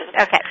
Okay